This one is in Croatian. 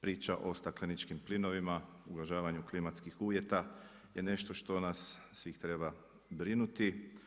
Priča o stakleničkim plinovima, ugrožavanju klimatskih uvjeta je nešto što nas svih treba brinuti.